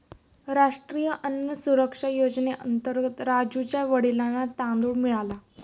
राष्ट्रीय अन्न सुरक्षा योजनेअंतर्गत राजुच्या वडिलांना तांदूळ मिळाला